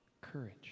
Courage